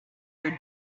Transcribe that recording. your